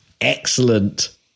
excellent